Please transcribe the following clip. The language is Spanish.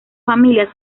familia